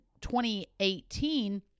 2018